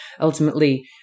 ultimately